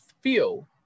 feel